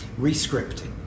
Rescripting